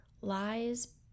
lies